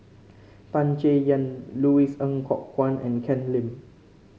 Tan Chay Yan Louis Ng Kok Kwang and Ken Lim